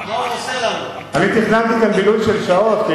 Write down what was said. אני תכננתי בילוי של שעות,